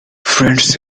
friends